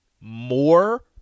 more